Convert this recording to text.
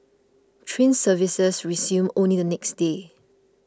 train services resumed only the next day